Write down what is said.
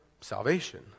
salvation